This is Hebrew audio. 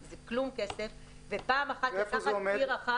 זה כלום כסף, ופעם אחת לקחת עיר אחת.